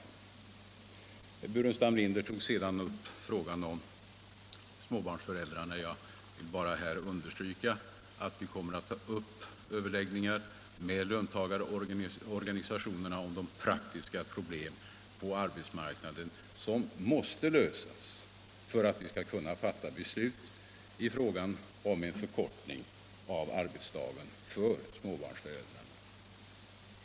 Herr Burenstam Linder tog sedan upp frågan om småbarnsföräldrarna. Jag vill bara här understryka att vi kommer att ta upp överläggningar med löntagarorganisationerna om de praktiska problem på arbetsmarknaden som måste lösas för att vi skall kunna fatta beslut om en förkortning av arbetsdagen för småbarnsföräldrar.